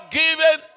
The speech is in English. given